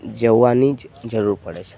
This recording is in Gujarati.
જવાની જ જરૂર પડે છે